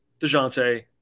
DeJounte